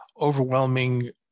overwhelming